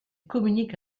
communique